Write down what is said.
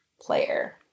player